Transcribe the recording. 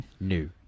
new